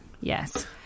Yes